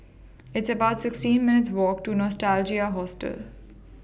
It's about sixteen minutes' Walk to Nostalgia Hotel